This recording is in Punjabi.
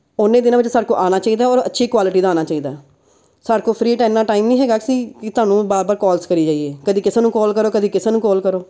ਉਨੇ ਦਿਨਾਂ ਵਿੱਚ ਸਾਡੇ ਕੋਲ ਆਉਣਾ ਚਾਹੀਦਾ ਔਰ ਅੱਛੀ ਕੁਆਲਿਟੀ ਦਾ ਆਉਣਾ ਚਾਹੀਦਾ ਸਾਡੇ ਕੋਲ ਫਰੀ ਇੰਨਾ ਟਾਈਮ ਨਹੀਂ ਹੈਗਾ ਸੀ ਕਿ ਤੁਹਾਨੂੰ ਵਾਰ ਵਾਰ ਕੋਲਸ ਕਰੀ ਜਾਈਏ ਕਦੀ ਕਿਸੇ ਨੂੰ ਕੋਲ ਕਰੋ ਕਦੀ ਕਿਸੇ ਨੂੰ ਕੋਲ ਕਰੋ